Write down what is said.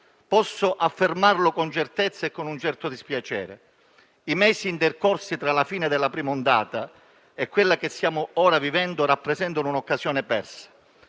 Posso affermarlo con certezza e con un certo dispiacere. I mesi intercorsi tra la fine della prima ondata e quella che stiamo ora vivendo rappresentano un'occasione persa